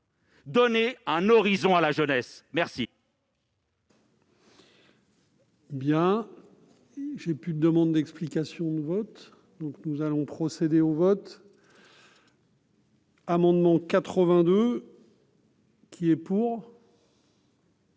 Donnez un horizon à la jeunesse !